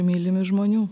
mylimi žmonių